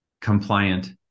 compliant